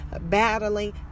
battling